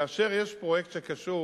כאשר יש פרויקט שקשור